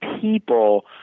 people